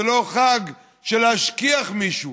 זה לא חג של להשכיח מישהו.